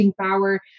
power